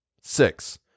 Six